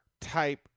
type